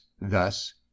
thus